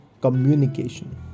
communication